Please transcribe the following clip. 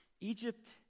Egypt